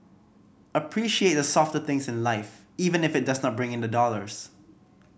appreciate the softer things in life even if it does not bring in the dollars